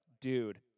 dude